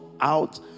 out